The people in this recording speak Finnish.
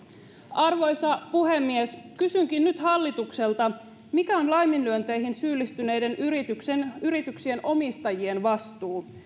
arvoisa puhemies kysynkin nyt hallitukselta mikä on laiminlyönteihin syyllistyneiden yrityksien omistajien vastuu